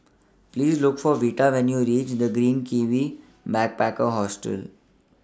Please Look For Vita when YOU REACH The Green Kiwi Backpacker Hostel